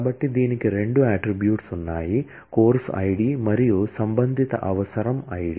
కాబట్టి దీనికి రెండు అట్ట్రిబ్యూట్స్ ఉన్నాయి కోర్సు ఐడి మరియు సంబంధిత ప్రిరిక్విసిట్ ఐడి